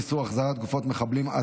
אי-החזרת גופות מחבלים),